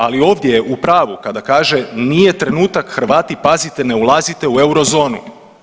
Ali ovdje je u pravu kada kaže nije trenutak, Hrvati pazite ne ulazite u eurozonu.